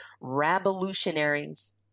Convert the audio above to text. revolutionaries